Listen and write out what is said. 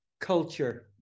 culture